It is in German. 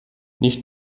nicht